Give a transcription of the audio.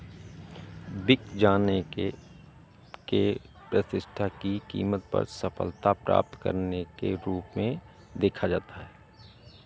बिक जाने के के प्रतिष्ठा की कीमत पर सफलता प्राप्त करने के रूप में देखा जाता है